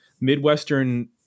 Midwestern